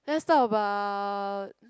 let's talk about